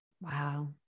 wow